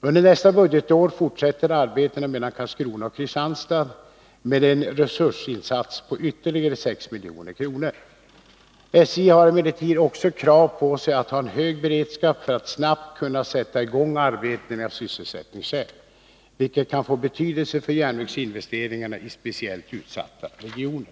Under nästa budgetår fortsätter arbetena mellan Karlskrona och Kristianstad med en resursinsats på ytterligare 6 milj.kr. SJ har emellertid också krav på sig att ha en hög beredskap för att snabbt kunna sätta i gång arbeten av sysselsättningsskäl, vilket kan få betydelse för järnvägsinvesteringarna i speciellt utsatta regioner.